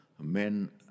men